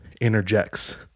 interjects